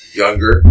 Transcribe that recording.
younger